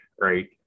Right